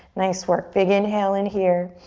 nice work, big inhale in here.